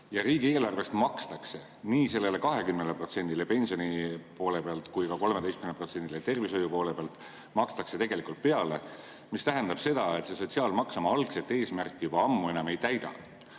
ja riigieelarvest makstakse nii sellele 20%‑le pensioni poole pealt kui ka 13%‑le tervishoiu poole pealt tegelikult peale, mis tähendab seda, et sotsiaalmaks oma algset eesmärki juba ammu enam ei täida.